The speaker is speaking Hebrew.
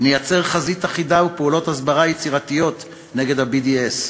נייצר חזית אחידה ופעולות הסברה יצירתיות נגד ה-BDS,